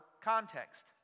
context